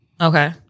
Okay